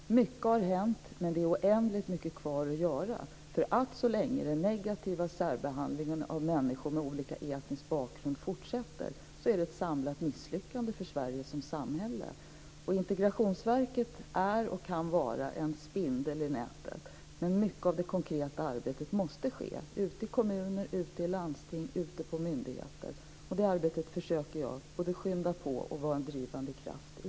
Mycket har hänt, men det är oändligt mycket kvar att göra, därför att så länge som den negativa särbehandlingen av människor med olika etniska bakgrunder fortsätter så är det ett samlat misslyckande för Sverige som samhälle. Integrationsverket är och kan vara en spindel i nätet. Men mycket av det konkreta arbetet måste ske ute i kommuner, ute i landsting och ute på myndigheter. Och det arbetet försöker jag både skynda på och vara en drivande kraft i.